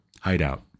hideout